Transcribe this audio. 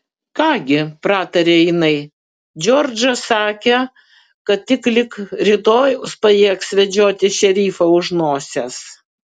ką gi prataria jinai džordžą sakė kad tik lig rytojaus pajėgs vedžioti šerifą už nosies